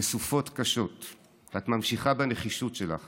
וסופות קשות את ממשיכה בנחישות שלך